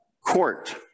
court